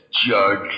Judge